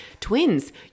twins